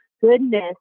goodness